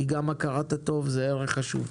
כי גם הכרת הטוב זה ערך חשוב.